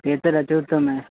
ते तर अतिउत्तम आहे